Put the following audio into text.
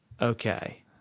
Okay